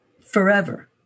forever